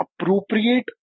appropriate